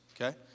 okay